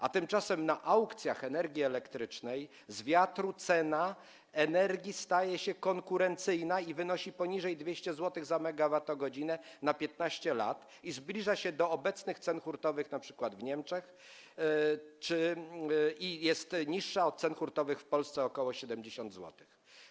A tymczasem na aukcjach energii elektrycznej z wiatru cena energii staje się konkurencyjna i wynosi poniżej 200 zł za 1 MWh na 15 lat, zbliża się do obecnych cen hurtowych np. w Niemczech i jest na dziś niższa od cen hurtowych w Polsce o ok. 70 zł.